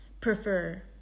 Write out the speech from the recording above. prefer